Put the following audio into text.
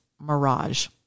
mirage